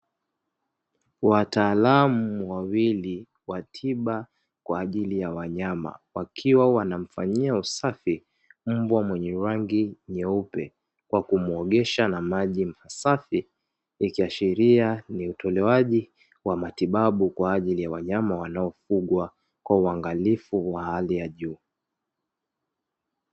Wataalamu wawili wa tiba kwaajili ya wanyama, wakiwa wanamfanyia usafi mbwa mwenye rangi nyeupe kwa kumuogesha na maji masafi, ikiashiria ni utolewaji wa matibabu kwaajili ya wanyama wanaofugwa kwa uangalifu wa hali ya juu.